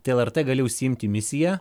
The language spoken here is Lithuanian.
tai vartai gali užsiimti misiją